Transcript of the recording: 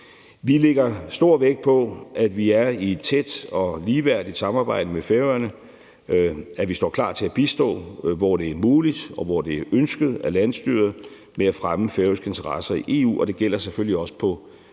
Vi lægger stor vægt på, at vi er i et tæt og ligeværdigt samarbejde med Færøerne, at vi står klar til at bistå, hvor det er muligt, og hvor det er ønsket af landsstyret, med at fremme færøske interesser i EU, og det gælder selvfølgelig også på